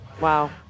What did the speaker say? Wow